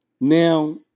Now